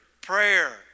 prayer